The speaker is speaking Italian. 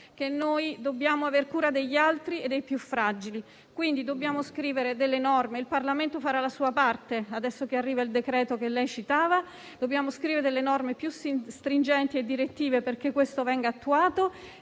che dobbiamo aver cura degli altri e dei più fragili. Quindi, dobbiamo scrivere delle norme. Il Parlamento farà la sua parte adesso che arriva il decreto-legge che lei citava. Dobbiamo scrivere norme più stringenti e direttive chiare perché queste vengano attuate